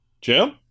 jim